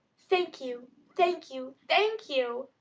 thank you thank you thank you!